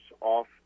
off